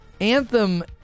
Anthem